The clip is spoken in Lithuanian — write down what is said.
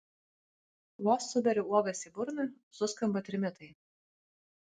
vos suberiu uogas į burną suskamba trimitai